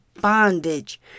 bondage